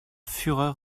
fureur